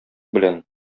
белән